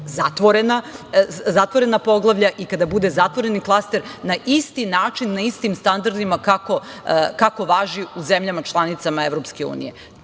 zatvorena poglavlja i kada bude zatvoren klaster na isti način, na istim standardima kako važi u zemljama članicama EU. To će